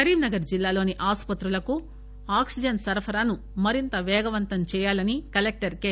కరీంగనర్ జిల్లాలోని ఆసుపత్రులకు ఆక్సిజన్ సరఫరాను మరింత పేగవంతం చేయాలని కలెక్టర్ కె